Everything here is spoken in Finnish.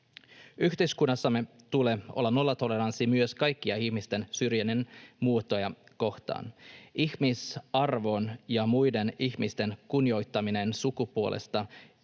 Yhteiskunnassamme tulee olla nollatoleranssi myös kaikkia ihmisten syrjinnän muotoja kohtaan. Ihmisarvo ja muiden ihmisten kunnioittaminen sukupuolesta,